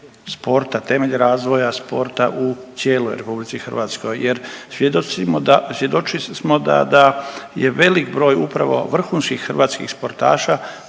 temelj razvoja sporta u cijeloj Republici Hrvatskoj. Jer svjedočili smo da je velik broj upravo vrhunskih hrvatskih sportaša